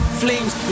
flames